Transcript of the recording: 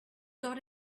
got